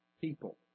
people